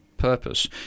purpose